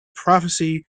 prophecy